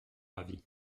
avis